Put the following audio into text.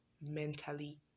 mentally